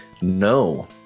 No